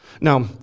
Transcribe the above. Now